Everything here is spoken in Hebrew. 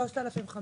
3,500